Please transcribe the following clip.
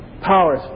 powers